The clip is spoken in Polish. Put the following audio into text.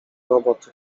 roboty